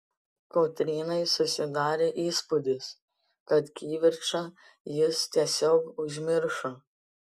kotrynai susidarė įspūdis kad kivirčą jis tiesiog užmiršo